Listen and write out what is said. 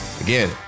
Again